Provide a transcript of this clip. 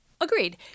Agreed